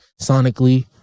sonically